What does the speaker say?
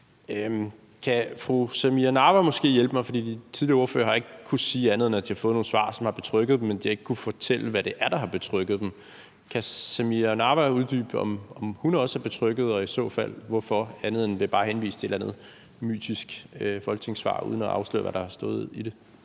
Kan fru Samira Nawa måske hjælpe mig? For de tidligere ordførere har ikke kunnet sige andet, end at de har fået nogle svar, som har betrygget dem, men de har ikke kunnet fortælle, hvad det er, der har betrygget dem. Kan Samira Nawa uddybe, om hun også er betrygget og i så fald hvorfor, andet end ved bare at henvise til et eller andet mytisk folketingssvar uden at afsløre, hvad der har stået i det?